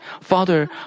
Father